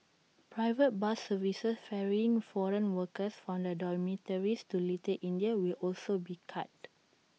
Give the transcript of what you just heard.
private bus services ferrying foreign workers from their dormitories to little India will also be cut